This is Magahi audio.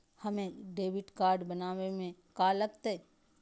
हमें डेबिट कार्ड बनाने में का लागत?